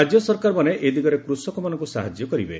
ରାଜ୍ୟ ସରକାରମାନେ ଏ ଦିଗରେ କୃଷକମାନଙ୍କୁ ସାହାଯ୍ୟ କରିବେ